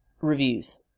reviews